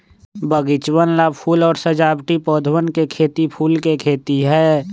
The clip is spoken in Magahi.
बगीचवन ला फूल और सजावटी पौधवन के खेती फूल के खेती है